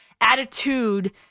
attitude